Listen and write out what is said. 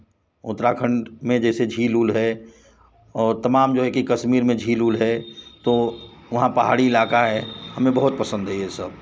उत्तराखंड में जैसे झील उल है और तमाम जो है कि कश्मीर में झील उल है तो वहाँ पहाड़ी इलाका है हमें बहुत पसंद है यह सब